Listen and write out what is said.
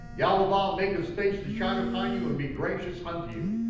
yehovah make his face to shine upon you and be gracious unto you.